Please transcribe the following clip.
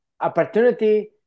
opportunity